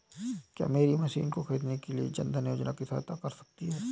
क्या मेरी मशीन को ख़रीदने के लिए जन धन योजना सहायता कर सकती है?